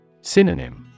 Synonym